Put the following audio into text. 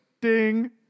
ding